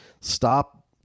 stop